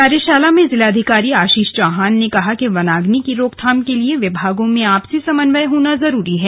कार्यशाला में जिलाधिकारी आशीष चौहान ने कहा कि वनाग्नि की रोकथाम के लिए विभागों में आपसी समवन्य होना जरूरी है